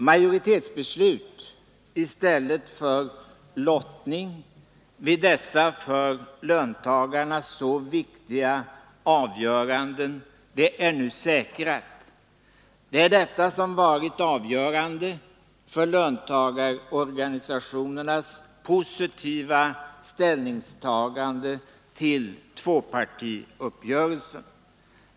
Majoritetsbeslut i stället för lottning vid dessa för löntagarna så viktiga avgöranden är nu säkrat. Det är detta som varit avgörande för löntagarorganisationernas positiva ställningstagande till tvåpartiuppgörelsen.